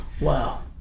wow